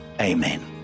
amen